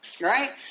right